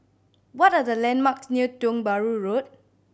what are the landmarks near Tiong Bahru Road